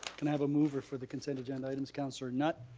can i have a mover for the consent agenda items, councilor knutt.